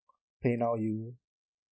paynow you